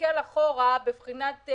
להסתכל אחורה, בבחינת: